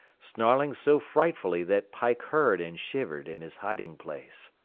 snarling so frightfully that pike heard and shivered in his hiding-place.